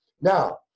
Now